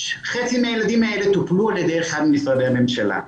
חצי מהילדים האלה טופלו על ידי אחד ממשרדי הממשלה.